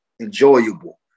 enjoyable